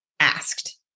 Asked